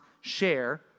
share